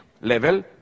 level